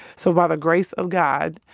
so by the grace of god,